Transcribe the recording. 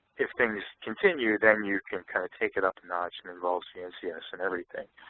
if things continue, then you can kind of take it up a notch and involve cncs and everything.